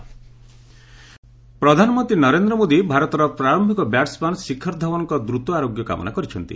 PM Dhawan ପ୍ରଧାନମନ୍ତ୍ରୀ ନରେନ୍ଦ୍ର ମୋଦି ଭାରତର ପ୍ରାରମ୍ଭିକ ବ୍ୟାଟ୍ସ୍ମ୍ୟାନ୍ ଶିଖର ଧଓନ୍ଙ୍କ ଦ୍ରତ ଆରୋଗ୍ୟ କାମନା କରିଛନ୍ତି